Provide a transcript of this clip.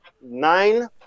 nine